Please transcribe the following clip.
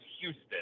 Houston